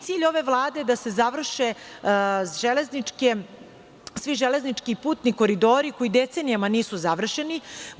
Cilj ove Vlade je da se završe svi železnički putni koridori koji decenijama nisu završeni.